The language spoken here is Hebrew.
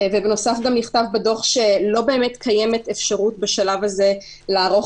ובנוסף גם נכתב בדוח שלא באמת קיימת אפשרות בשלב הזה לערוך